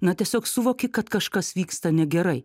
na tiesiog suvoki kad kažkas vyksta negerai